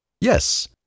Yes